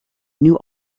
new